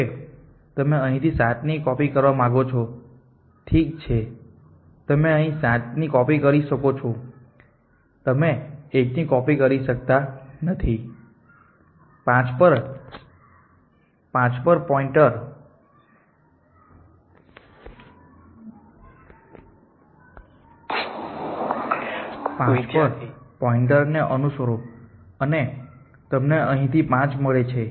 હવે તમે અહીંથી 7 ની કોપી કરવા માંગો છો ઠીક છે તમે અહીં 7 ની કોપી કરી શકો છો તમે 1 ની કોપી કરી શકતા નથી 5 પર પોઇન્ટરને અનુસરો અને તમને અહીં 5 મળે છે